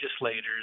legislators